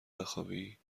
بخوابی